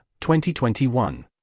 2021